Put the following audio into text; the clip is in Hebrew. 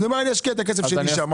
אז אני אומר אני אשקיע את הכסף שלי שם.